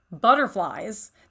butterflies